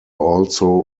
also